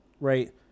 right